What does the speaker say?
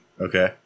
Okay